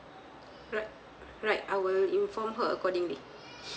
right right I will inform her accordingly